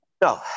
No